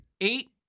eight